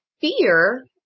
fear